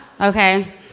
okay